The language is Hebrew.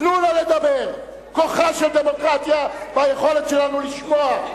תנו לה לדבר, כוחה של דמוקרטיה ביכולת שלנו לשמוע.